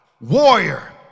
warrior